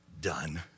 done